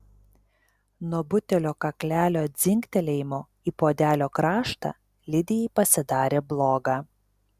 nuo butelio kaklelio dzingtelėjimo į puodelio kraštą lidijai pasidarė bloga